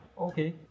Okay